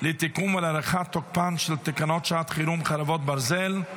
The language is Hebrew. לתיקון ולהארכת תוקפן של תקנות שעת חירום (חרבות ברזל)